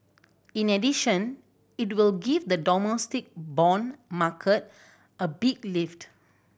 in addition it will give the domestic bond market a big lift